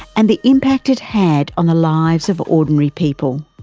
and the impact it had on the lives of ordinary people.